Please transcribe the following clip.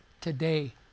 today